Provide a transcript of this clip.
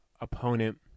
opponent